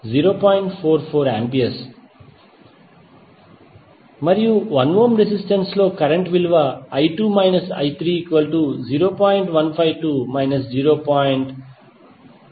44A మరియు 1 ohm resistance లో current I2 I3 0